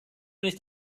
nicht